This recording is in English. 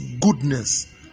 goodness